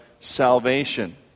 salvation